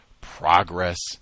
progress